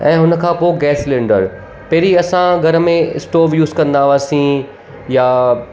ऐं उन खां पोइ गैस सिलेंडर पहिरीं असां घर में स्टॉव यूज़ कंदा हुआसीं या